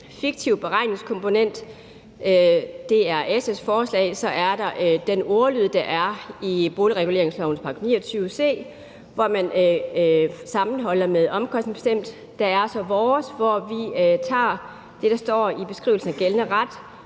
fiktiv beregningskomponent. Det er SF's forslag. Så er der den ordlyd, der er i boligreguleringslovens § 29 c, hvor man sammenholder med det omkostningsbestemte. Der er så vores forslag, hvor vi tager det, der står i beskrivelsen af gældende ret,